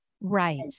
Right